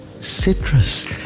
citrus